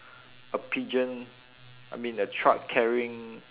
a pigeon I mean a truck carrying